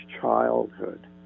childhood